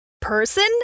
person